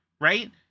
right